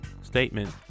statement